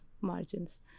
margins